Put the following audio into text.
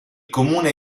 comune